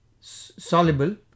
soluble